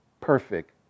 perfect